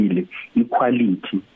equality